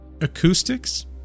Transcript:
Acoustics